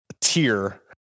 tier